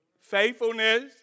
Faithfulness